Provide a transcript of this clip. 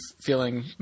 feeling –